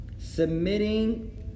Submitting